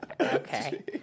Okay